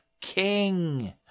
king